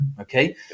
okay